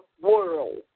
world